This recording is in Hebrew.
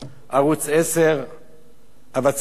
אבל צריכים גם לספק תוכניות איכותיות,